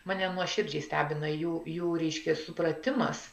mane nuoširdžiai stebina jų jų reiškia supratimas